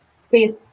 space